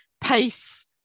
pace